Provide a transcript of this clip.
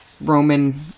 Roman